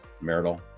marital